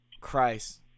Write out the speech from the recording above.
Christ